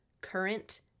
current